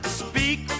speak